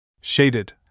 Shaded